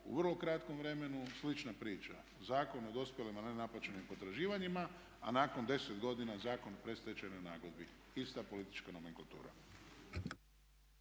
u vrlo kratkom vremenu slična priča. Zakon o dospjelim a ne naplaćenim potraživanjima, a nakon 10 godina Zakon o predstečajnoj nagodbi ista politička nomenklatura.